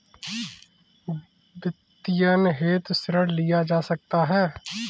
वित्तीयन हेतु ऋण लिया जा सकता है